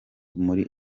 muri